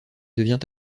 devient